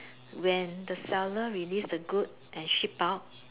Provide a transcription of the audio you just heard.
when the seller release the good and ship out